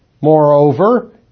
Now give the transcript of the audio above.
Moreover